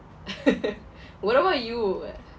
what about you